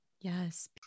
yes